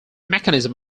mechanism